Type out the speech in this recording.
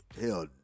hell